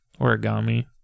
origami